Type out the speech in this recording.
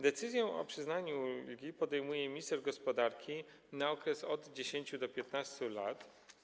Decyzję o przyznaniu ulgi podejmuje minister gospodarki, na okres od 10 lat do 15 lat.